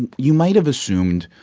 and you might have assumed,